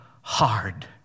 hard